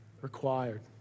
required